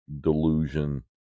delusion